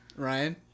Ryan